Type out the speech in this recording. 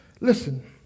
Listen